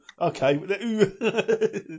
Okay